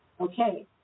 Okay